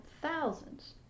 thousands